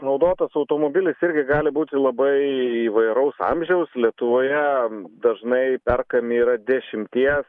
naudotas automobilis irgi gali būti labai įvairaus amžiaus lietuvoje dažnai perkami yra dešimties